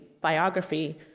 biography